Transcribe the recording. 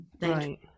Right